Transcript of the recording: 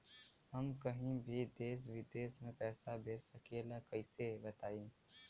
हम कहीं भी देश विदेश में पैसा भेज सकीला कईसे बताई?